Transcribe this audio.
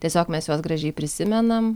tiesiog mes juos gražiai prisimenam